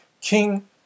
King